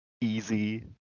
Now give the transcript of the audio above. Easy